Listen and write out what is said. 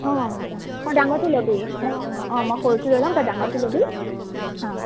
অঁ ডাঙ অঁ ডাঙৰটো লবি অঁ অঁ মই সৰুটো লৈ লম তই ডাঙৰটো লবি অঁ